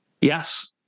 Yes